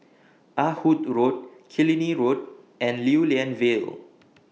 Ah Hood Road Killiney Road and Lew Lian Vale